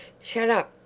shut up!